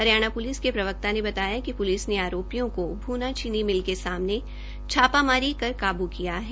Haryana police के प्रवक्ता ने बताया कि प्लिस ने आरोपियों को भूना चीनी मिल के सामने छापामारी कर काब् किया है